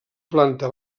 planta